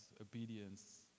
obedience